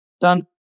done